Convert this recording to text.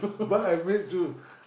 but I went to